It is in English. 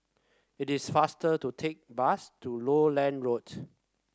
it is faster to take bus to Lowland Road